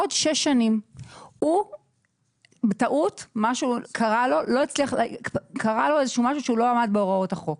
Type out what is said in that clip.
עוד שש שנים בטעות משהו קרה לו שהוא לא עמד בהוראות החוק.